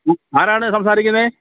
ആ ആരാണ് സംസാരിക്കുന്നത്